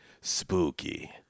spooky